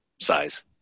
Size